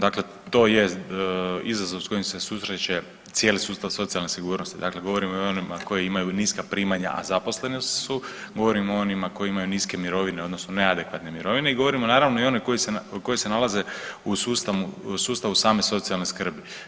Dakle, to je izazov s kojim se susreće cijeli sustav socijalne sigurnosti, dakle govorim i o onima koji imaju niska primanja, a zaposleni su, govorim o onima koji imaju niske mirovine odnosno neadekvatne mirovine i govorimo naravno i one koje se nalaze u sustavu same socijalne skrbi.